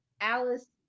Alice